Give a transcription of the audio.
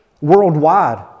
worldwide